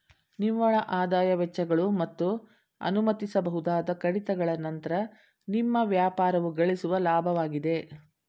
ನಿವ್ವಳಆದಾಯ ವೆಚ್ಚಗಳು ಮತ್ತು ಅನುಮತಿಸಬಹುದಾದ ಕಡಿತಗಳ ನಂತ್ರ ನಿಮ್ಮ ವ್ಯಾಪಾರವು ಗಳಿಸುವ ಲಾಭವಾಗಿದೆ